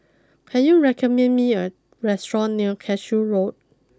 can you recommend me a restaurant near Cashew Road